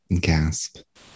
gasp